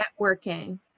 networking